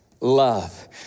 love